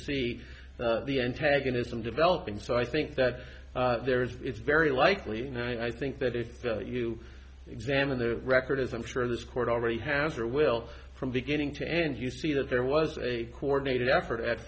see the antagonism developing so i think that there is it's very likely and i think that if you examine the record as i'm sure this court already has or will from beginning to end you see that there was a coordinated effort at